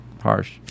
harsh